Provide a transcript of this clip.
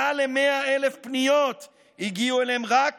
מעל ל-100,000 פניות הגיעו אליה רק